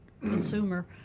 consumer